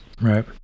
right